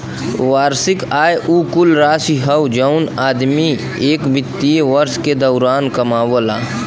वार्षिक आय उ कुल राशि हौ जौन आदमी एक वित्तीय वर्ष के दौरान कमावला